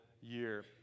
year